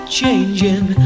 changing